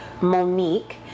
Monique